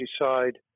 decide